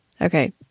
Okay